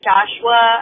Joshua